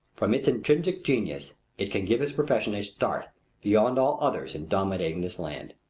from its intrinsic genius it can give his profession a start beyond all others in dominating this land.